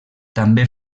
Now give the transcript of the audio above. també